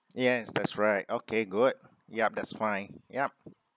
yes that's right okay good yup that's fine yup